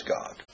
God